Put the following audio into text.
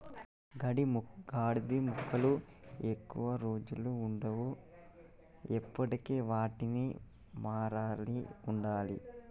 గడ్డి మొక్కలు ఎక్కువ రోజులు వుండవు, ఎప్పటికప్పుడు వాటిని మార్వాల్సి ఉంటది